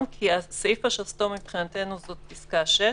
כי סעיף השסתום מבחינתנו הוא פסקה (6),